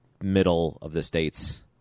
middle-of-the-States